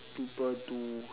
people do